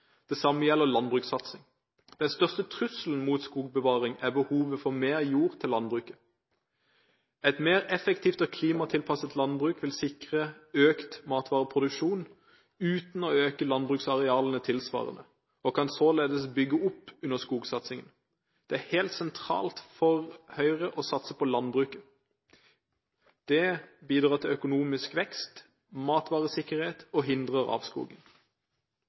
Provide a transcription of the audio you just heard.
Det samme gjelder landbrukssatsing. Den største trusselen mot skogbevaring er behovet for mer jord til landbruket. Et mer effektivt og klimatilpasset landbruk vil sikre økt matvareproduksjon uten å øke landbruksarealene tilsvarende, og kan således bygge opp under skogsatsingen. Det er helt sentralt for Høyre å satse på landbruket. Det bidrar til økonomisk vekst, matvaresikkerhet og hindrer